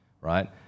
right